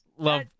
Love